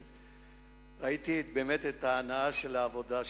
וראיתי באמת את ההנאה של העבודה,